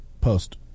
post